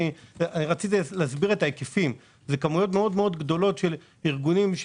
רציתי להסביר את ההיקפים מדובר בכמויות מאוד גדולות של ארגונים,